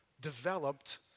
developed